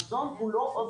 אתה מנכ"ל מועצת הלול.